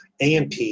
AMP